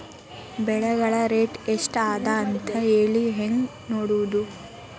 ಬೆಳೆಗಳ ರೇಟ್ ಎಷ್ಟ ಅದ ಅಂತ ಹೇಳಿ ಹೆಂಗ್ ನೋಡುವುದು?